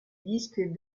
disque